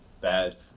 bad